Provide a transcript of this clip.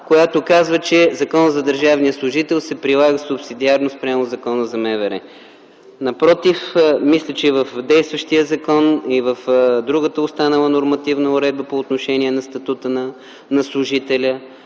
която казва, че Законът за държавния служител се прилага субсидиарно спрямо Закона за МВР. Напротив, мисля, че и в действащия закон, и в другата останала нормативна уредба по отношение на статута на служителя